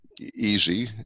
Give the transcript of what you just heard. easy